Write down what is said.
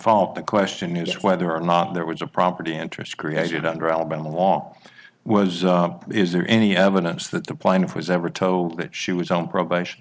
fault the question is whether or not there was a property interest created under alabama law was is there any evidence that the plaintiff was ever told that she was on probation